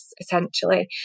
essentially